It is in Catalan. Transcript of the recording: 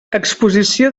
exposició